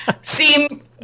seem